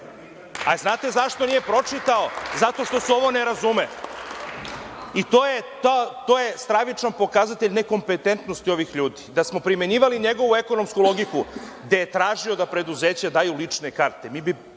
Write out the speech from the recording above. A znate zašto nije pročitao? Zato što se u ovo ne razume. I, to je stravičan pokazatelje nekompetentnosti ovih ljudi. Da smo primenjivali njegovu ekonomsku logiku gde je tražio da preduzeća daju lične karti,